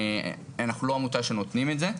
אנחנו לא עמותה שנותנים את זה.